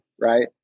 Right